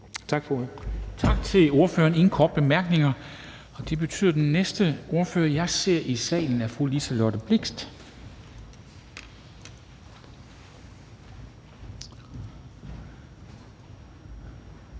Tak for ordet.